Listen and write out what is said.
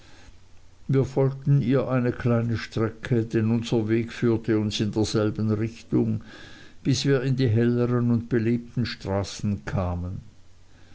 wir folgten ihr eine kleine strecke denn unser weg führte uns in derselben richtung bis wir in die helleren und belebten straßen kamen